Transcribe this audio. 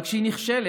אבל כשהיא נכשלת,